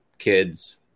kids